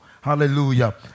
Hallelujah